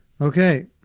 Okay